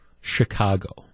Chicago